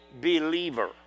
believer